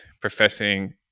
professing